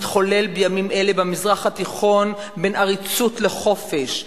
מתחולל בימים אלה במזרח התיכון בין עריצות לחופש.